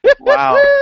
Wow